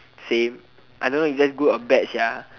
same I don't know is that good or bad ya